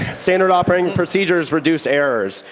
standard operating procedures reduce errors.